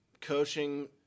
coaching